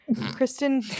Kristen